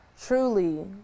Truly